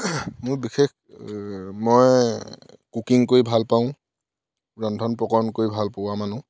মোৰ বিশেষ মই কুকিং কৰি ভাল পাওঁ ৰন্ধন প্ৰকৰণ কৰি ভাল পোৱা মানুহ